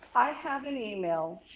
i have an email,